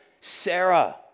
Sarah